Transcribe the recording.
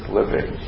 living